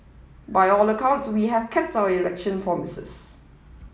by all accounts we have kept our election promises